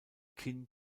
kinn